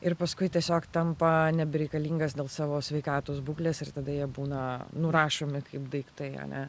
ir paskui tiesiog tampa nebereikalingas dėl savo sveikatos būklės ir tada jie būna nurašomi kaip daiktai ane